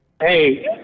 Hey